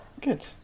Good